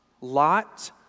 Lot